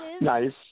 Nice